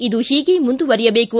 ಇದು ಹೀಗೇ ಮುಂದುವರಿಯಬೇಕು